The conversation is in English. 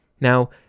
Now